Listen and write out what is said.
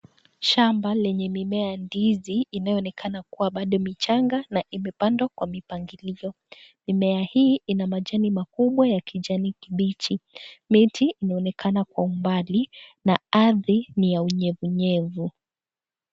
Shamba lenye mimea ya ndizi inayoonekana kuwa bado ni changa na imepandwa kwa mpangilio mimea hii ina majani makubwa ya kijani kibichi, miti inaonekana kwa umbali na ardhi ni ya unyevunyevu.